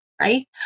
right